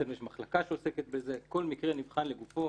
יש אצלנו מחלקה שעוסקת בזה, כל מקרה נבחן לגופו.